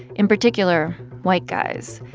in particular white guys,